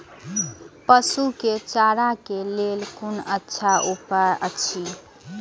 पशु के चारा के लेल कोन अच्छा उपाय अछि?